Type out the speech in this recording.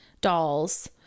dolls